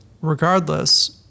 regardless